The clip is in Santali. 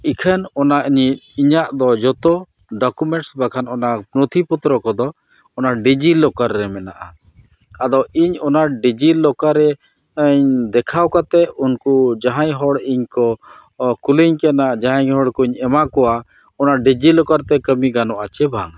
ᱤᱠᱷᱟᱹᱱ ᱚᱱᱟ ᱤᱧᱟᱹᱜ ᱤᱧᱟᱹᱜ ᱫᱚ ᱡᱚᱛᱚ ᱰᱚᱠᱳᱢᱮᱱᱴ ᱵᱟᱠᱷᱟᱡ ᱚᱱᱟ ᱱᱚᱛᱷᱤ ᱯᱚᱛᱨᱚ ᱠᱚᱫᱚ ᱚᱱᱟ ᱰᱤᱡᱤ ᱞᱚᱠᱟᱨ ᱨᱮ ᱢᱮᱱᱟᱜᱼᱟ ᱟᱫᱚ ᱤᱧ ᱚᱱᱟ ᱰᱤᱡᱤ ᱞᱚᱠᱟᱨ ᱨᱮ ᱤᱧ ᱫᱮᱠᱷᱟᱣ ᱠᱟᱛᱮᱫ ᱩᱱᱠᱩ ᱡᱟᱦᱟᱸᱭ ᱦᱚᱲ ᱤᱧᱠᱚ ᱠᱩᱞᱤᱧ ᱠᱟᱱᱟ ᱡᱟᱦᱟᱸᱭ ᱦᱚᱲ ᱠᱚᱧ ᱮᱢᱟ ᱠᱚᱣᱟ ᱚᱱᱟ ᱰᱤᱡᱤ ᱞᱚᱠᱟᱨ ᱛᱮ ᱠᱟᱹᱢᱤ ᱜᱟᱱᱚᱜᱼᱟ ᱪᱮ ᱵᱟᱝ